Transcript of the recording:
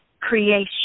creation